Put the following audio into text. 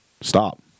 stop